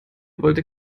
wollte